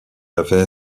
avait